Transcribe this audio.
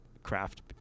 craft